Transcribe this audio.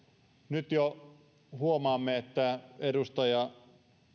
nyt jo huomaamme että edustaja